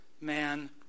man